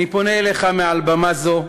אני פונה אליך מעל במה זו,